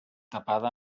tapada